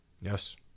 Yes